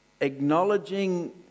acknowledging